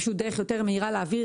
פשוט דרך מהירה יותר להעביר רפורמות.